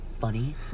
funny